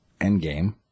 Endgame